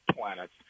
planets